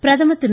பிரதமர் திரு